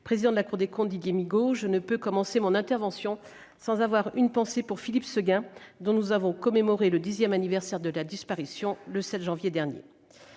président de la Cour des comptes, Didier Migaud. Je ne peux commencer mon intervention sans avoir une pensée pour Philippe Séguin, dont nous avons célébré le dixième anniversaire de la disparition le 7 janvier dernier.